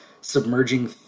submerging